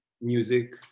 music